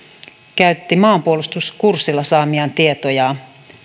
käytti maanpuolustuskurssilla saamiaan tietoja